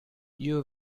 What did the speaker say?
you